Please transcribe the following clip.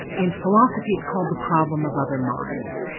in philosophy it's called the problem of other minds.